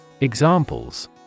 Examples